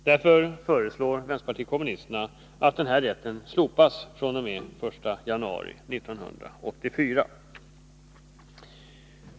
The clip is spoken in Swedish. Därför föreslår vänsterpartiet kommunisterna att denna rätt skall slopas fr.o.m. den 1 januari 1984.